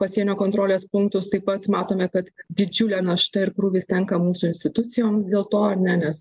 pasienio kontrolės punktus taip pat matome kad didžiulė našta ir krūvis tenka mūsų institucijoms dėl to ar ne nes